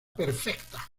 perfecta